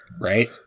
right